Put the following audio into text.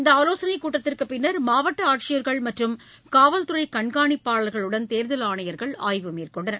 இந்த ஆலோசனைகூட்டத்திற்குபின்னர் மாவட்டஆட்சியர்கள் மற்றும் காவல் துறைகண்காணிப்பாளர்களுடன் தேர்தல் ஆணையர்கள் ஆய்வு மேற்கொண்டனர்